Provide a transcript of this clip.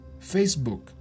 Facebook